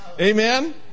Amen